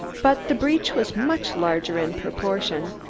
but the breech was much larger in proportion,